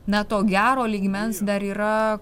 na to gero lygmens dar yra